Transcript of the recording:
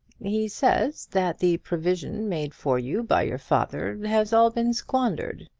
he says that the provision made for you by your father has all been squandered.